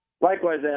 Likewise